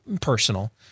personal